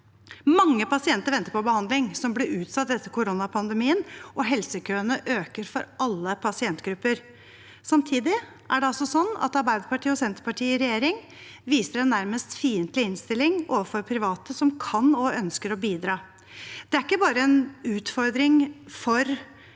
Mange pasienter venter på behandling som ble utsatt etter koronapandemien, og helsekøene øker for alle pasientgrupper. Samtidig viser Arbeiderpartiet og Senterpartiet i regjering en nærmest fiendtlig innstilling overfor private som kan og ønsker å bidra. Det er ikke bare en utfordring for